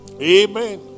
Amen